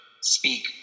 speak